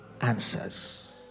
answers